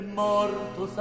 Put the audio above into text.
morto